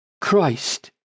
Christ